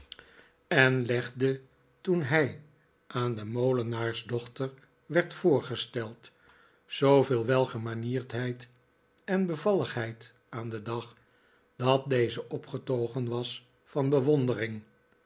en legde toen hij aan de molenaarsdochter werd voorgesteld zooveel welgemanierdheid en bevalligheid aan den dag dat deze opgetogen was van bewondering